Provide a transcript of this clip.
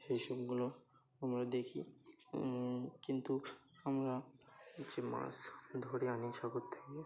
সেই সবগুলো আমরা দেখি কিন্তু আমরা যে মাছ ধরে আনি সাগর থেকে